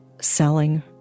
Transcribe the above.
selling